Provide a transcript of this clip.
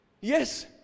Yes